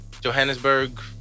Johannesburg